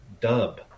dub